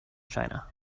china